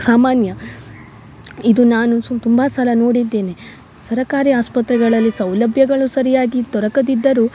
ಸಾಮಾನ್ಯ ಇದು ನಾನು ಸು ತುಂಬಾ ಸಲ ನೋಡಿದ್ದೇನೆ ಸರಕಾರಿ ಆಸ್ಪತ್ರೆಗಳಲ್ಲಿ ಸೌಲಭ್ಯಗಳು ಸರಿಯಾಗಿ ದೊರಕದಿದ್ದರು